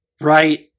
Right